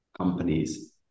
companies